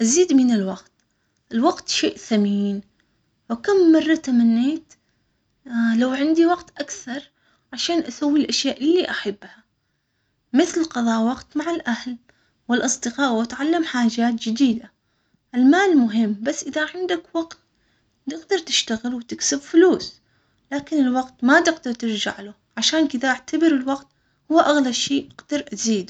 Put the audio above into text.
أزيد من الوقت، الوقت شيء ثمين، وكم مرة تمنيت لو عندي وقت أكثر عشان أسوي الأشياء اللي أحبها مثل قظاء وقت مع الأهل والأصدقاء، وتعلم حاجات جديدة المال مهم، بس إذا عندك وقت تقدر تشتغل وتكسب فلوس، لكن الوقت.